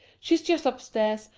she's just upstairs,